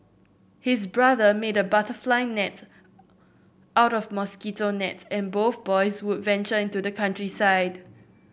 his brother made a butterfly net out of mosquito net and both boys would venture into the countryside